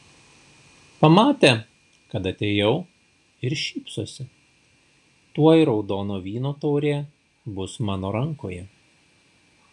pamatė kad atėjau ir šypsosi tuoj raudono vyno taurė bus mano rankoje